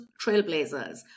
trailblazers